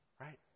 Right